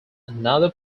another